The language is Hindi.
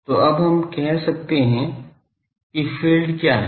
तो अब हम कह सकते हैं कि क्षेत्र क्या है